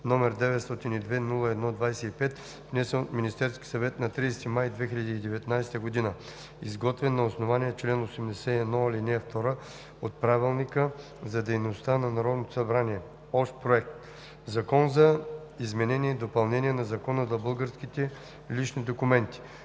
№ 902-01-25, внесен от Министерския съвет на 30 май 2019 г., изготвен на основание чл. 81, ал. 2 от Правилника за организацията и дейността на Народното събрание. Общ проект! „Закон за изменение и допълнение на Закона за българските лични документи“.“